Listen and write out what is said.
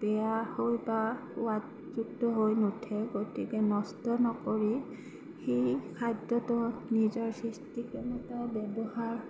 বেয়া হৈ বা সোৱাদযুক্ত হৈ নুঠে গতিকে নষ্ট নকৰি সেই খাদ্য়টো নিজৰ সৃষ্টিত কেনেকৈ ব্য়ৱহাৰ